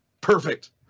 perfect